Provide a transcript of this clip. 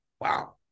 wow